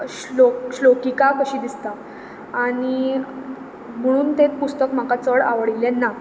श्र्लोक श्र्लोकीका कशी दिसता आनी म्हणून तें पुस्तक म्हाका चड आवडिल्लें ना